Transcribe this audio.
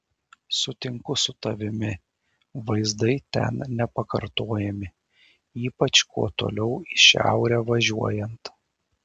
sutinku su tavimi vaizdai ten nepakartojami ypač kuo toliau į šiaurę važiuojant